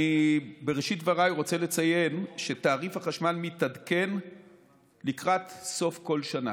בראשית דבריי אני רוצה לציין שתעריף החשמל מתעדכן לקראת סוף כל שנה,